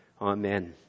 Amen